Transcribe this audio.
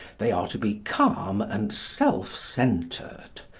they are to be calm and self-centred.